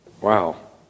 Wow